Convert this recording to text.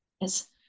yes